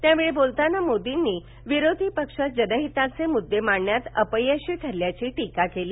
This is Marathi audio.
त्यावेळी बोलताना मोदींनी विरोधी पक्ष जनहिताचे मुद्दे मांडण्यात अपयशी ठरल्याची ींका केली